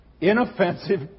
Inoffensive